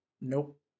Nope